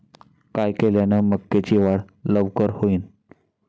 काय केल्यान मक्याची वाढ लवकर होईन?